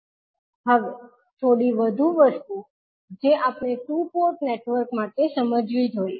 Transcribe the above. હવે થોડી વધુ વસ્તુઓ જે આપણે ટુ પોર્ટ નેટવર્ક માટે સમજવી જોઈએ